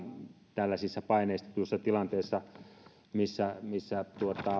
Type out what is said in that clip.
tällaisissa paineistetuissa tilanteissa missä missä